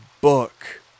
book